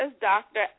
Dr